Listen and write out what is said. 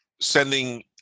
sending